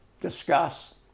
discuss